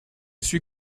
suis